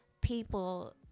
people